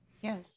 Yes